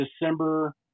December